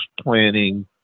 planning